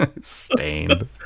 Stained